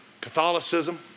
Catholicism